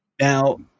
Now